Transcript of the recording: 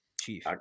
chief